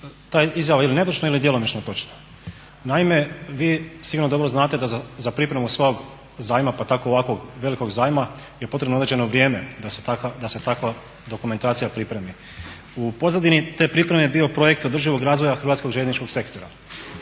je izjava ili netočna ili djelomično točno. Naime, vi sigurno dobro znate da za pripremu svog zajma pa tako ovako velikog zajma je potrebno određeno vrijeme da se takva dokumentacija pripremi. U pozadini te pripreme je bio projekt održivog razvoja hrvatskog željezničkog sektora.